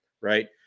right